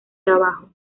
trabajo